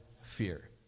fear